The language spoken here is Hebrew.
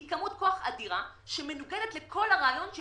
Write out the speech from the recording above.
זו כמות כוח אדירה שמנוגדת לכל הרעיון של